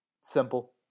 Simple